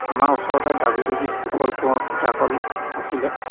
আমাৰ ওচৰতে ডাবিডুবিত কুশল কোঁৱৰ সূতাকল আছিলে